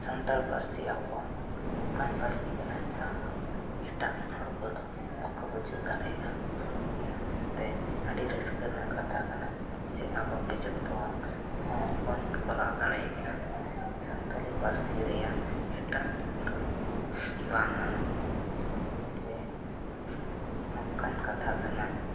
ᱥᱟᱱᱛᱟᱲ ᱯᱟᱹᱨᱥᱤ ᱟᱵᱚᱣᱟᱜ ᱱᱚᱝᱠᱟᱱ ᱯᱟᱹᱨᱥᱤ ᱠᱟᱱᱟ ᱡᱟᱦᱟᱸᱫᱚ ᱮᱴᱟᱜ ᱦᱚᱲ ᱠᱚᱫᱚ ᱵᱟᱠᱚ ᱵᱩᱡᱷᱟᱹᱣ ᱫᱟᱲᱮᱭᱟᱜᱼᱟ ᱚᱱᱟ ᱢᱮᱱᱛᱮ ᱟᱹᱰᱤ ᱨᱟᱹᱥᱠᱟᱹ ᱨᱮᱱᱟᱜ ᱠᱟᱛᱷᱟ ᱠᱟᱱᱟ ᱡᱮ ᱟᱵᱚᱜᱮ ᱡᱚᱛᱚᱣᱟᱜ ᱦᱚᱸ ᱵᱚᱱ ᱠᱚᱨᱟᱣ ᱫᱟᱲᱮᱭᱟᱜᱼᱟ ᱥᱟᱱᱛᱟᱞᱤ ᱯᱟᱹᱨᱥᱤ ᱨᱮᱭᱟᱜ ᱮᱴᱟᱜ ᱫᱚ ᱵᱟᱝᱟ ᱡᱮ ᱱᱚᱝᱠᱟᱱ ᱠᱟᱛᱷᱟ ᱠᱟᱱᱟ